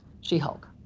She-Hulk